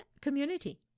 community